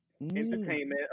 entertainment